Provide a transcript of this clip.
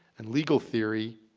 and legal theory,